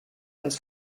als